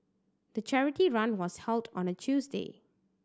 the charity run was held on a Tuesday